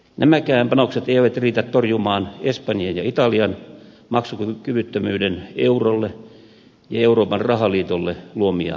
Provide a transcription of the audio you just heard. nämäkään panokset eivät riitä torjumaan espanjan ja italian maksukyvyttömyyden eurolle ja euroopan rahaliitolle luomia paineita